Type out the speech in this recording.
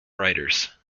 writers